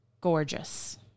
gorgeous